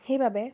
সেইবাবে